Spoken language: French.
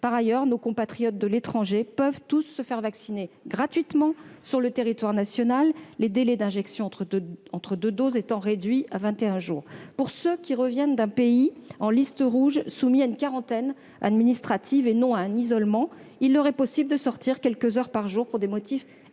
Par ailleurs, nos compatriotes de l'étranger peuvent tous se faire vacciner gratuitement sur le territoire national, les délais d'injection entre deux doses étant réduits à vingt et un jours. Pour ceux qui reviennent d'un pays en liste rouge, soumis à une quarantaine administrative et non à un isolement, il est possible de sortir quelques heures par jour pour des motifs essentiels,